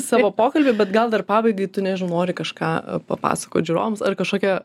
savo pokalbį bet gal dar pabaigai tu nežinau nori kažką papasakot žiūrovams ar kažkokią